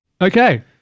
okay